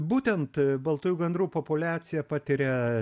būtent baltųjų gandrų populiacija patiria